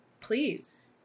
please